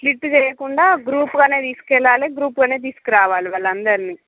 split చేయకుండా గ్రూప్గానే తీసుకెళ్లాలి గ్రూప్గానే తీసుకురావాలి వాళ్ళందరిని